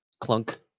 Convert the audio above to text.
clunk